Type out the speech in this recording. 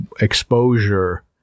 exposure